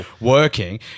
working